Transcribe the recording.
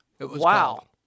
Wow